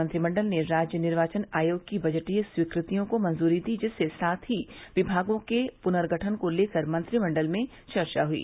मंत्रिमंडल ने राज्य निर्वाचन आयोग की बजटीय स्वीकृतियों को मंजूरी दी जिसके साथ ही विभागों के पुनर्गठन को लेकर मंत्रिमंडल में चर्चा हुई